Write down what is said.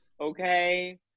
okay